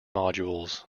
modules